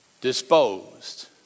disposed